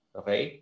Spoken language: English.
okay